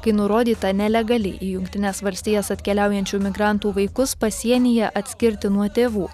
kai nurodyta nelegaliai į jungtines valstijas atkeliaujančių migrantų vaikus pasienyje atskirti nuo tėvų